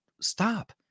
Stop